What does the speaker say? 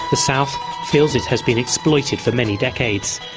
the south feels it has been exploited for many decades.